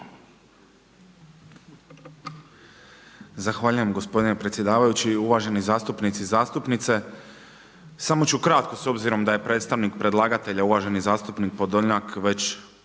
Zahvaljujem gospodine predsjedavajući, uvaženi zastupnici i zastupnice. Samo ću kratko s obzirom da je predstavnik predlagatelja uvaženi zastupnik Podolnjak već